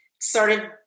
started